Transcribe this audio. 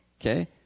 okay